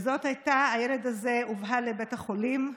הילד הובהל לבית החולים.